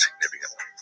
significantly